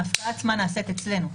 ההפקעה עצמה נעשית אצלנו.